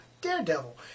Daredevil